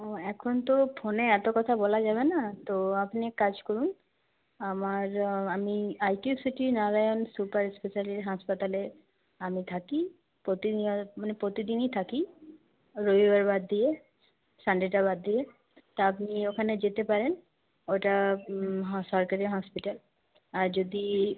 ও এখন তো ফোনে এতো কথা বলা যাবে না তো আপনি এক কাজ করুন আমার আমি আইকিউসিটি নারায়ণ সুপার স্পেশালটি হাসপাতালে আমি থাকি প্রতিদিন মানে প্রতিদিনই থাকি রবিবার বাদ দিয়ে সানডেটা বাদ দিয়ে তা আপনি ওখানে যেতে পারেন ওটা সরকারি হসপিটাল আর যদি